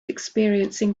experiencing